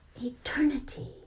eternity